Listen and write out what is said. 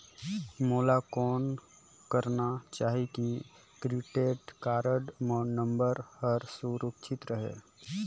मोला कौन करना चाही की क्रेडिट कारड नम्बर हर सुरक्षित रहे?